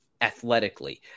athletically